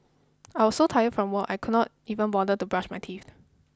I was so tired from work I could not even bother to brush my teeth